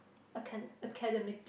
acan~ academically